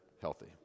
healthy